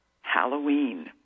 Halloween